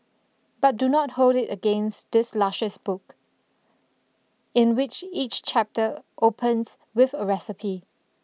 but do not hold it against this luscious book in which each chapter opens with a recipe